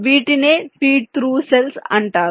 వీటినే feed through cells అంటారు